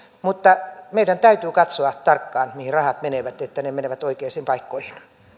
mutta meidän täytyy katsoa tarkkaan mihin rahat menevät että ne menevät oikeisiin paikkoihin